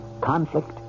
Conflict